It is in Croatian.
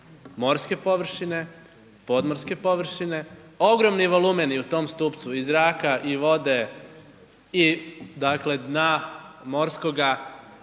morske površine, podmorske površine, ogromni volumeni u tom stupcu i zraka, i vode, i dakle dna morskoga da